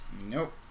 Nope